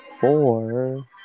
four